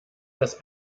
das